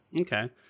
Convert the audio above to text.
Okay